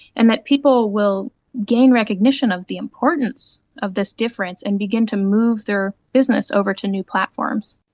and that people will gain recognition of the importance of this difference and begin to move their business over to new platforms.